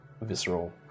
visceral